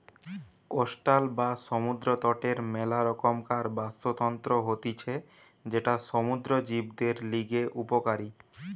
coastal বা সমুদ্র তটের মেলা রকমকার বাস্তুতন্ত্র হতিছে যেটা সমুদ্র জীবদের লিগে উপকারী